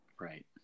right